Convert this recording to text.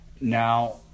Now